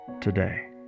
today